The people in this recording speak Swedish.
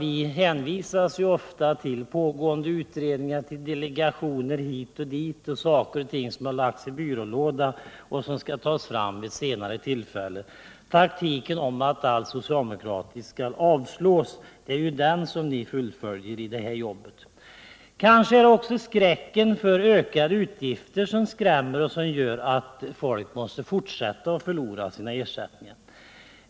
Vi hänvisas ofta till pågående utredningar och till delegationer hit och dit; saker och ting läggs i byrålådan och skall tas fram vid ett senare tillfälle. Taktiken är att allt socialdemokratiskt skall avslås — det är den taktiken ni fullföljer i det här jobbet. Kanske är det också skräcken för ökade utgifter som gör att folk måste fortsätta att förlora sin ersättning.